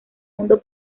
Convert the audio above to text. mundo